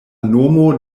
nomo